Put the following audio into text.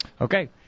Okay